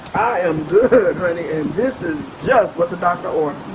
am good honey, and this is just what the doctor ordered.